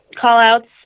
call-outs